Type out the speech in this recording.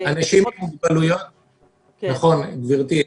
נכון, גברתי.